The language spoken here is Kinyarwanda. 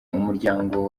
umuryango